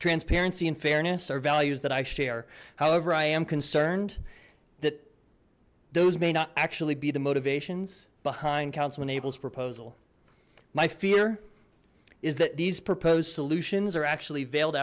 transparency and fairness are values that i share however i am concerned that those may not actually be the motivations behind councilman abel's proposal my fear is that these proposed solutions are actually veiled